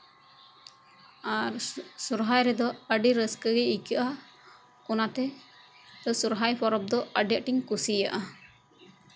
ᱟᱨ ᱥᱚᱨᱦᱟᱭ ᱨᱮᱫᱚ ᱟᱹᱰᱤ ᱨᱟᱹᱥᱠᱟᱹ ᱜᱮ ᱟᱹᱭᱠᱟᱹᱜᱼᱟ ᱚᱱᱟᱛᱮ ᱥᱚᱨᱦᱟᱭ ᱯᱚᱨᱚᱵ ᱫᱚ ᱟᱹᱰᱤ ᱟᱸᱴᱤᱧ ᱠᱩᱥᱤᱭᱟᱜᱼᱟ